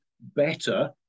better